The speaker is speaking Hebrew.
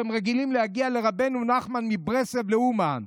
שהם רגילים להגיע לרבנו נחמן מברסלב לאומן.